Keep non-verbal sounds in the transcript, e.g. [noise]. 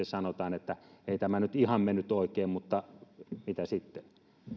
[unintelligible] sanotaan että ei tämä nyt mennyt ihan oikein mutta mitä sitten